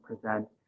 present